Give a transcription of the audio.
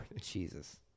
Jesus